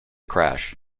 crash